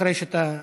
אחרי שאתה דיברת.